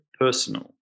Personal